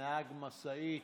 נהג משאית,